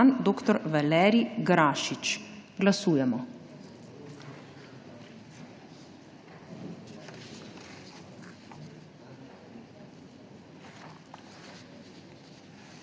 dr. Valerij Grašič. Glasujemo.